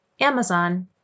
Amazon